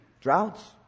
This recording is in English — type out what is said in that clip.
droughts